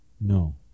No